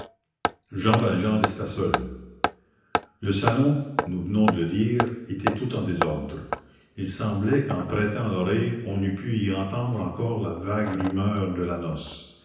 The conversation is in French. jean valjean resta seul le salon nous venons de le dire était tout en désordre il semblait qu'en prêtant l'oreille on eût pu y entendre encore la vague rumeur de la noce